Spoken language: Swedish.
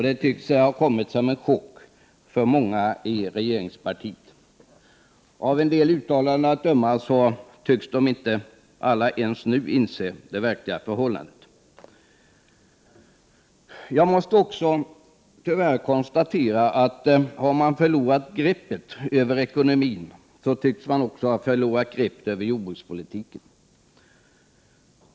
Det tycks ha kommit som en chock för många i regeringspartiet. Av en del uttalanden att döma tycks inte alla ens nu ha insett det verkliga förhållandet. Jag måste också tyvärr konstatera att man nu, om man har förlorat greppet över den ekonomiska politiken, också tycks ha förlorat greppet över jordbrukspolitiken.